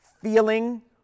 feeling